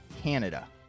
Canada